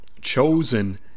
chosen